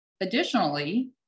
Additionally